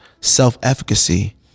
self-efficacy